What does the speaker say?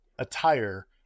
attire